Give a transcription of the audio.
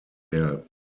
der